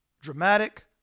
dramatic